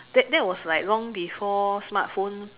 that that was like long before smartphone